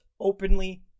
openly